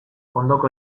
ondoko